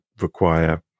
require